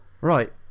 Right